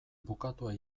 bukatua